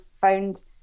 found